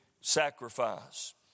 sacrifice